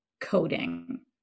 coding